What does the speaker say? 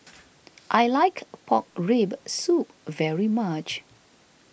I like Pork Rib Soup very much